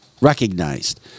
recognized